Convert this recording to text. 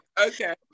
okay